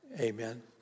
Amen